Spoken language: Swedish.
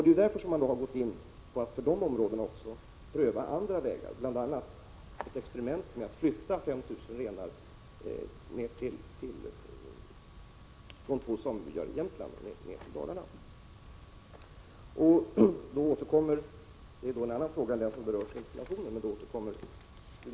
Det är därför man har gått in för att i de områdena också pröva andra vägar, bl.a. göra ett experiment med att flytta 5 000 renar från två samebyar i Jämtland och ned till Dalarna. Rune Ångström återkom till den fråga han ställde förra veckan — det är en annan fråga än den som berörs i interpellationen.